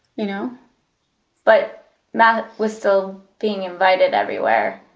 you know but matt was still being invited everywhere,